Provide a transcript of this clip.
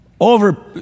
over